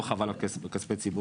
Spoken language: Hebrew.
לא חבל על כספי הציבור?